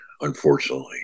unfortunately